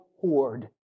hoard